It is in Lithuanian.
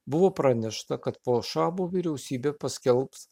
buvo pranešta kad po šabo vyriausybė paskelbs